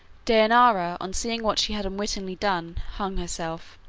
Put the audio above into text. dejanira, on seeing what she had unwittingly done, hung herself.